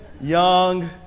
young